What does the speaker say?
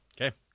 Okay